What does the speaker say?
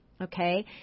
okay